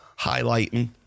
highlighting